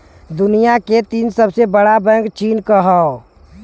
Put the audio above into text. दुनिया के तीन सबसे बड़ा बैंक चीन क हौ